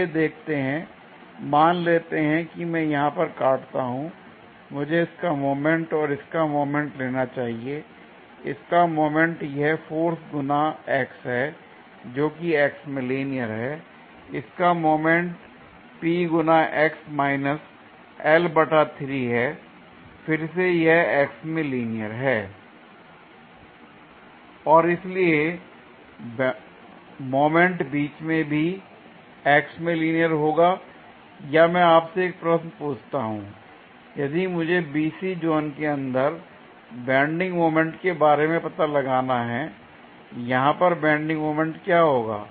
आइए देखते हैं मान लेते हैं कि मैं यहां पर काटता हूं मुझे इसका मोमेंट और इसका मोमेंट लेना चाहिए इसका मोमेंट यह फोर्स गुना x है जोकि x में लिनियर है इसका मोमेंट P गुना x माइनस L बटा 3 है फिर से यह x में लीनियर है l और इसलिए मोमेंट बीच में भी x मैं लीनियर होगा या मैं आपसे एक प्रश्न पूछता हूं यदि मुझे BC ज़ोन के अंदर बेंडिंग मोमेंट के बारे में पता लगाना है यहां पर बेंडिंग मोमेंट क्या होगा